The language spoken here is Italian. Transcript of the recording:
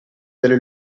delle